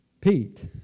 Pete